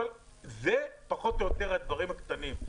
אלה פחות או יותר הדברים הקטנים.